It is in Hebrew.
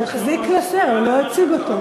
אני אחזיק קלסר, אני לא אציג אותו.